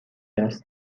است